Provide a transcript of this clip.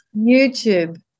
YouTube